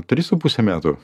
trys su puse metų